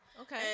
Okay